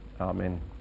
Amen